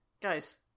guys